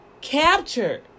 capture